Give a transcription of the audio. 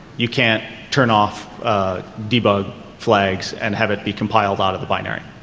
you can't turn off debug flags and have it be compiled out of the binary,